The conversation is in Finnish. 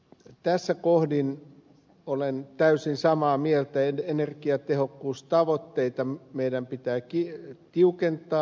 tässä kohdin olen täysin samaa mieltä että energiatehokkuustavoitteita meidän pitää tiukentaa